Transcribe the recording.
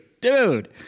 dude